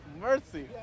mercy